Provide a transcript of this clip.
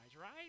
right